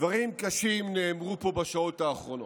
דברים קשים נאמרו פה בשעות האחרונות.